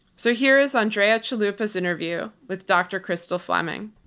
so here is andrea chalupa's interview with dr. crystal fleming.